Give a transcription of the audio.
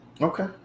Okay